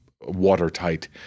watertight